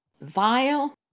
vile